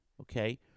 Okay